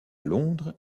londres